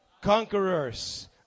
conquerors